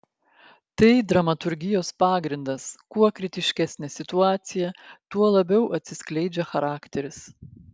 tai dramaturgijos pagrindas kuo kritiškesnė situacija tuo labiau atsiskleidžia charakteris